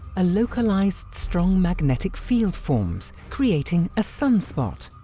a localised strong magnetic field forms, creating a sunspot.